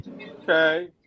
okay